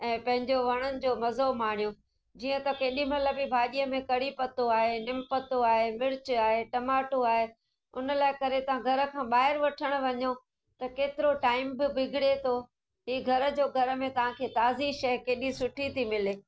ऐं पंहिंजो वणनि जो मज़ो माणियो जीअं त केॾीमहिल बि भाॼीअ में कढ़ी पतो आहे नीम पतो आहे मिर्चु आहे टमाटो आहे उन लाइ करे तव्हां घर खां ॿाहिरि वठणु वञो त केतिरो टाइम बि बिगड़े थो हे घर जो घर में तव्हांखे ताज़ी शइ केॾी सुठी थी मिले